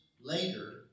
later